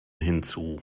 hinzu